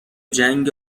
جنگ